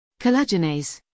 Collagenase